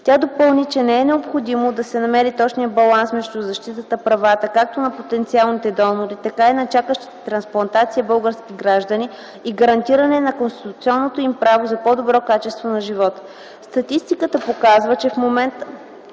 Тя допълни, че е необходимо да се намери точния баланс между защита правата както на потенциалните донори, така и на чакащите трансплантация български граждани и гарантиране на конституционното им право за по-добро качество на живот. Статистиката показва, че в момента